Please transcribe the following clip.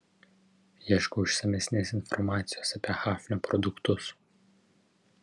ieškau išsamesnės informacijos apie hafnio produktus